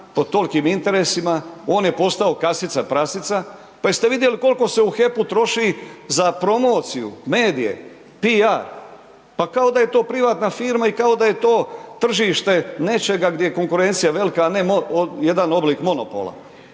pod tolikim interesima, on je postao kasica prasica, pa jeste vidjeli koliko se u HEP-u troši za promociju, medije, PR, pa kao da je to privatna firma i kao da je to tržište nečega gdje je konkurencija velka, a ne jedan oblik monopola.